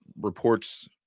reports